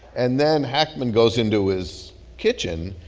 and then hackman goes into his kitchen,